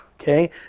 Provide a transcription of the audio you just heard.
Okay